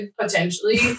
potentially